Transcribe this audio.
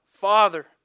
Father